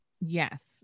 Yes